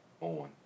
on